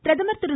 பிரதமர் திரு